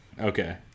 Okay